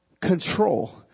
Control